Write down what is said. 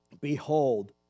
behold